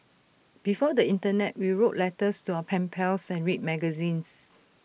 before the Internet we wrote letters to our pen pals and read magazines